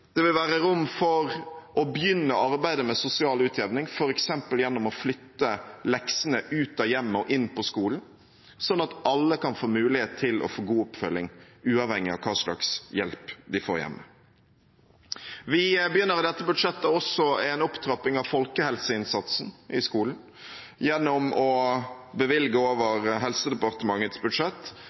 Det vil være rom for å begynne arbeidet med sosial utjevning, f.eks. gjennom å flytte leksene ut av hjemmet og inn på skolen, sånn at alle kan få mulighet til å få god oppfølging, uavhengig av hva slags hjelp de får hjemme. Vi begynner i dette budsjettet også en opptrapping av folkehelseinnsatsen i skolen gjennom å bevilge over Helse- og omsorgsdepartementets budsjett